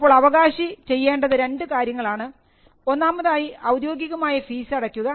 അപ്പോൾ അവകാശി ചെയ്യേണ്ടത് രണ്ട് കാര്യങ്ങളാണ് ഒന്നാമതായി ഔദ്യോഗികമായ ഫീസ് അടയ്ക്കുക